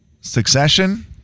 Succession